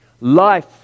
Life